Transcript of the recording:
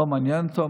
זה לא מעניין אותו.